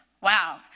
wow